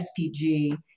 SPG